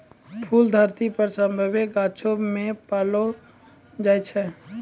फूल धरती पर सभ्भे गाछौ मे पैलो जाय छै